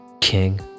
King